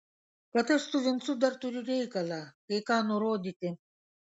kad aš su vincu dar turiu reikalą kai ką nurodyti